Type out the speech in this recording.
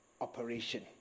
operation